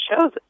shows